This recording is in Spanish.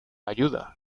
ayuda